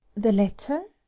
the letter?